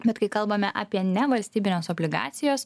bet kai kalbame apie ne valstybines obligacijas